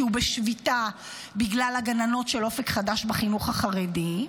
כי הוא בשביתה בגלל הגננות של אופק חדש בחינוך החרדי,